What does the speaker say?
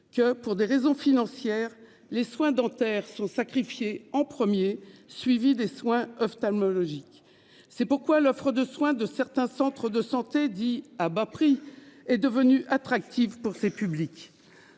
Que pour des raisons financières. Les soins dentaires sont sacrifiés en 1er suivi des soins ophtalmologiques, c'est pourquoi l'offre de soins de certains centres de santé dits à bas prix est devenue attractive pour ces publics.